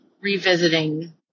revisiting